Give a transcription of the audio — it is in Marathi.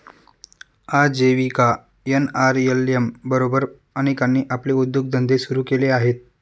आजीविका एन.आर.एल.एम बरोबर अनेकांनी आपले उद्योगधंदे सुरू केले आहेत